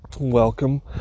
Welcome